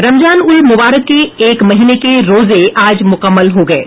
रमजान उल मुबारक के एक महीने के रोजे आज मुक्कमल हो गये